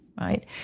right